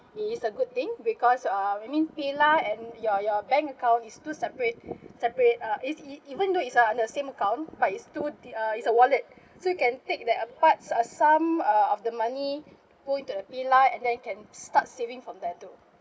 it is a good thing because uh I mean PayLah and your your bank account is two separate separate uh A_C even though it's uh under the same account but it's two di~ uh it's a wallet so you can take that uh parts uh some uh of the money put it to the PayLah and then you can start saving from there too